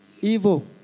Evil